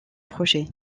projet